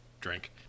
drink